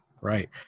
right